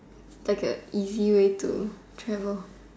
like a easy way to travel